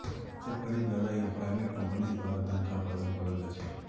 सरकारेर द्वारा या प्राइवेट कम्पनीर द्वारा तन्ख्वाहक प्रदान कराल जा छेक